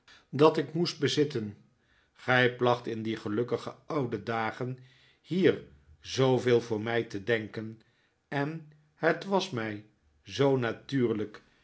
dat ik moest bezitten gij placht in die gelukkige oude dagen hier zooveel voor mij te denken en het was mij zoo natuurlijk